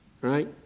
Right